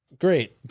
Great